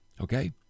okay